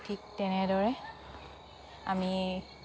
ঠিক তেনেদৰে আমি